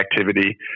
activity